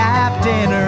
Captain